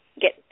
get